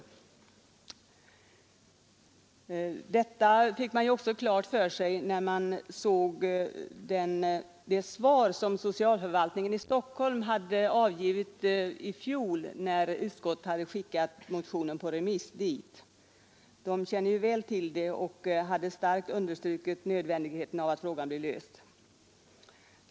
Detta fick man också klart för sig när man såg det svar som socialförvaltningen i Stockholm hade avgivit i fjol, när utskottet hade skickat motionen på remiss dit. Där känner man väl till frågan och hade starkt understrukit nödvändigheten av att problemet blir löst.